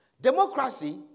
Democracy